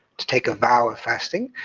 to take a vow of fasting,